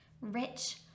rich